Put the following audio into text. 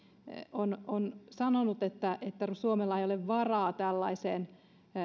on on sanonut että että suomella ei ole varaa tällaiseen